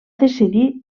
decidir